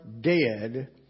dead